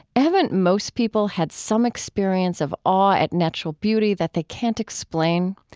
haven't most people had some experience of awe at natural beauty that they can't explain?